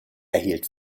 erhielt